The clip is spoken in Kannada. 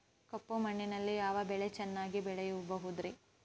ಕಪ್ಪು ಮಣ್ಣಿನಲ್ಲಿ ಯಾವ ಬೆಳೆ ಚೆನ್ನಾಗಿ ಬೆಳೆಯಬಹುದ್ರಿ?